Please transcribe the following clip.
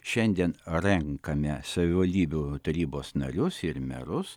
šiandien renkame savivaldybių tarybos narius ir merus